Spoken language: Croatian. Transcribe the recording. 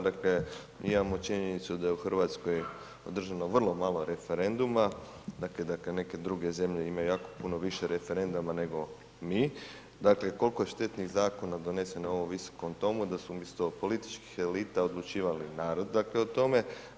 Dakle, imamo činjenicu da je u RH održano vrlo malo referenduma, dakle, da kad neke druge zemlje imaju jako puno više referenduma nego mi, dakle, koliko je štetnih zakona doneseno u ovom Visokom domu da su umjesto političkih elita odlučivali narod, dakle, o tome.